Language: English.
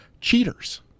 cheaters